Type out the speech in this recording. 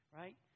right